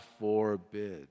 forbid